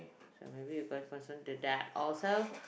so maybe you guy find out that that awesome